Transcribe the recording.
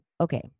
Okay